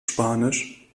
spanisch